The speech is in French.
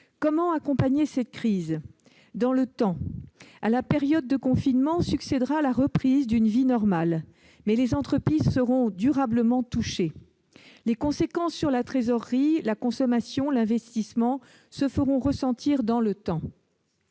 Comment accompagner cette crise économique dans le temps ? À la période de confinement succédera la reprise d'une vie normale, mais les entreprises seront durablement affectées. Les conséquences de la crise sur la trésorerie, la consommation, l'investissement se feront ressentir dans la durée.